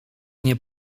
nie